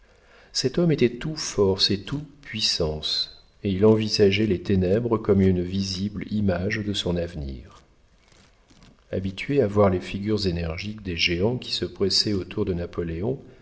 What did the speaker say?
cet homme était tout force et tout puissance et il envisageait les ténèbres comme une visible image de son avenir habitué à voir les figures énergiques des géants qui se pressaient autour de napoléon